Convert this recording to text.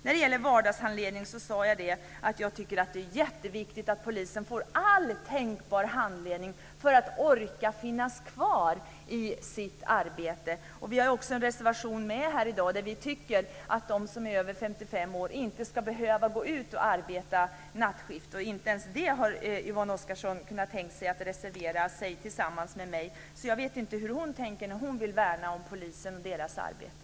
När det gäller vardagshandledning sade jag att jag tycker att det är jätteviktigt att polisen får all tänkbar handledning för att orka finnas kvar i sitt arbete. Vi har också en reservation i det betänkande vi diskuterar i dag där vi säger att de som är över 55 år inte ska behöva gå ut och arbeta nattskift. Inte ens i denna fråga har Yvonne Oscarsson kunnat tänka sig att reservera sig tillsammans med mig. Jag vet inte hur hon tänker när hon säger att hon vill värna om polisen och polisens arbete.